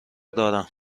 دارم